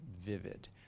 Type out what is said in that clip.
vivid